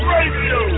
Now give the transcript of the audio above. Radio